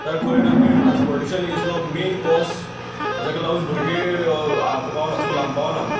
जाल्यार खंय ना खंय transportation is the main cause जाका लागून भुरगे हाका पावना स्कुलाक पावना